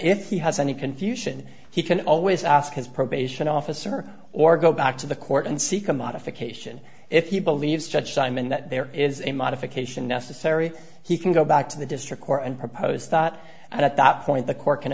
if he has any confusion he can always ask his probation officer or go back to the court and seek a modification if he believes judge simon that there is a modification necessary he can go back to the district court and propose thought at that point the court can